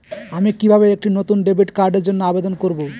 আমি কিভাবে একটি নতুন ডেবিট কার্ডের জন্য আবেদন করব?